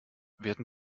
werden